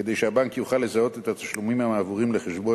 כדי שהבנק יוכל לזהות את התשלומים המועברים לחשבון